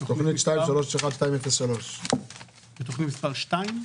תכנית מספר 8 :